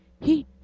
He